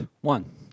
one